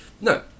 No